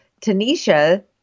Tanisha